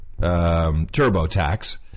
TurboTax